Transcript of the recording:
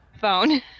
phone